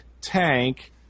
Tank